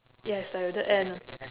yes diluted and